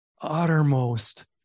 uttermost